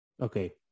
okay